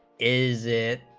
is a